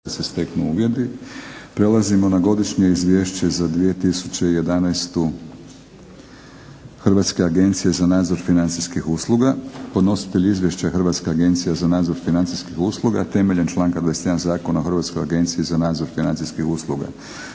Prelazimo na - Godišnje izvješće za 2011. Hrvatske agencije za nadzor financijskih usluga Podnositelj Izvješća je Hrvatska agencija za nadzor financijskih usluga temeljem članka 21. Zakona o Hrvatskoj agenciji za nadzor financijskih usluga.